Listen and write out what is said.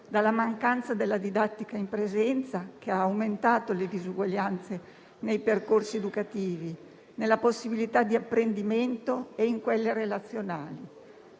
dalla mancanza della didattica in presenza, che ha aumentato le disuguaglianze nei percorsi educativi, nelle possibilità di apprendimento e in quelle relazionali.